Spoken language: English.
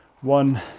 one